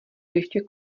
ještě